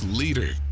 leader